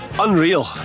Unreal